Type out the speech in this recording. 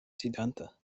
sidanta